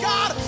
God